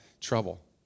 trouble